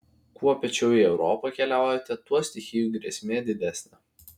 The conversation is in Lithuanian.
kuo piečiau į europą keliaujate tuo stichijų grėsmė didesnė